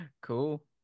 cool